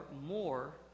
more